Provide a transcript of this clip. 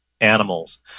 animals